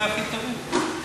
הכי טובים.